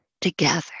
together